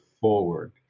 forward